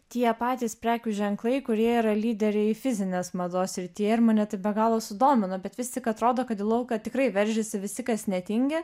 tie patys prekių ženklai kurie yra lyderiai fizinės mados srityje ir mane tik be galo sudomino bet vis tik atrodo kad į lauką tikrai veržiasi visi kas netingi